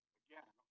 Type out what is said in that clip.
again